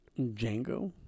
Django